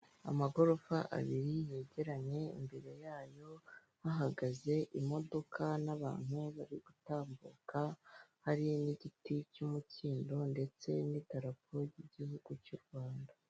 Amagorofa abiri yegeranye imbere yayo hahagaze imodoka n'abantu bari gutambuka hari n'igiti cy'umukindo ndetse n'idarapo ry'igihugu cy'u Rwanda.